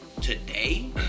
today